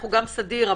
אנחנו גם סדיר,